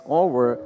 over